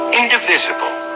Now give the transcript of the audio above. indivisible